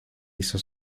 hizo